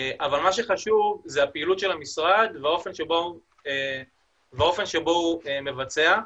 אבל מה שחשוב זה הפעילות של המשרד והאופן שבו הוא מבצע.